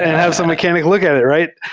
and have some mechanic look at it, right?